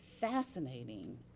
fascinating